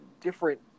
different